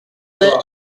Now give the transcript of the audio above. c’est